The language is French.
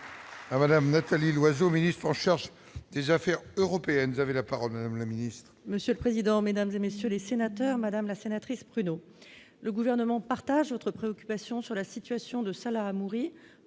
Madame Nathalie Loiseau, ministre en charge des Affaires européennes avaient la parole, Madame la Ministre. Monsieur le président, Mesdames et messieurs les sénateurs, Madame la sénatrice pruneaux, le gouvernement partage votre préoccupation sur la situation de Salah Hamouri